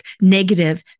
negative